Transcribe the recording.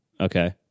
Okay